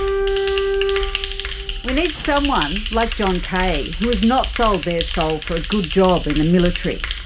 um we need someone like john kaye who has not sold their soul for a good job in the military.